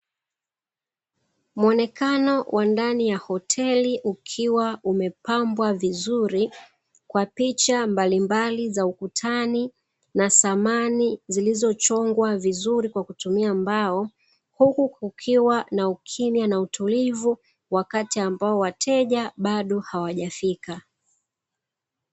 Muonekano wa ndani ya hoteli ukiwa umepambwa vizuri, kwa picha mbalimbali za ukutani na samani zilizochongwa vizuri kwa kutumia mbao, Huku kukiwa na ukimya na utulivu, wakati ambao wateja bado hawajafika.